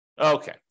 Okay